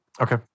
Okay